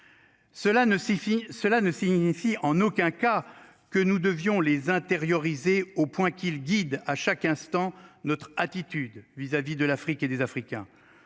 cela ne signifie en aucun cas que nous devions les intériorisé au point qu'il guide à chaque instant notre attitude vis à vis de l'Afrique et des Africains.